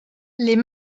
les